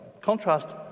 contrast